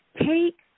take